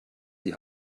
die